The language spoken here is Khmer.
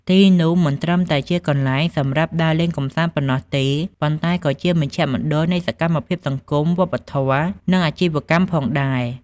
ទីនោះមិនត្រឹមតែជាកន្លែងសម្រាប់ដើរលេងកម្សាន្តប៉ុណ្ណោះទេ ប៉ុន្តែក៏ជាមជ្ឈមណ្ឌលនៃសកម្មភាពសង្គម វប្បធម៌ និងអាជីវកម្មផងដែរ។